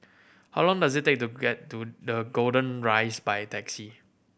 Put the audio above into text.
how long does it take to get to the Golden Rise by taxi